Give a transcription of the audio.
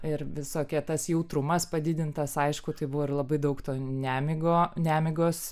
ir visokie tas jautrumas padidintas aišku tai buvo ir labai daug nemigo nemigos